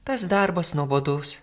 tas darbas nuobodus